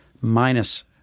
minus